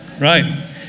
Right